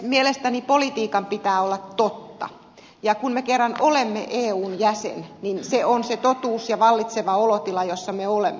mielestäni politiikan pitää olla totta ja kun me kerran olemme eun jäsen niin se on se totuus ja vallitseva olotila jossa me olemme